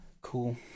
Cool